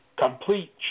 Complete